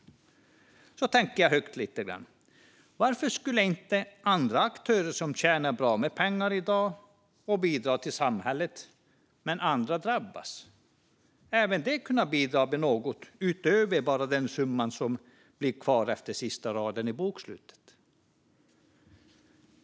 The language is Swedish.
Jag tänker högt lite grann: Varför skulle inte andra aktörer som tjänar bra med pengar i dag och som bidrar till samhället men som har en verksamhet som drabbar andra kunna bidra med något utöver den summa som blir kvar efter sista raden i bokslutet? Fru talman!